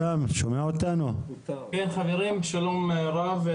שלום רב,